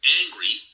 angry